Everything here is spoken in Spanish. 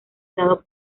dado